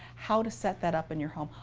how to set that up in your home?